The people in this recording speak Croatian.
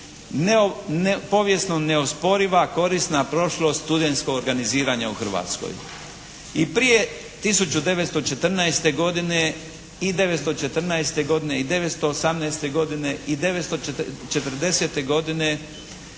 povijesno neosporiva korisna prošlost studentskog organiziranja u Hrvatskoj. I prije 1914. godine i 914. godine i 918. godine i 940. godine